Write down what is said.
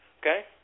okay